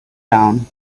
down